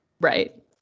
Right